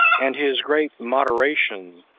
and his great moderation,